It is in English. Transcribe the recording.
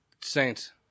Saints